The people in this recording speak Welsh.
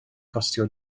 costio